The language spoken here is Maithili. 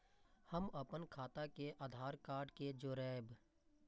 हम अपन खाता के आधार कार्ड के जोरैब?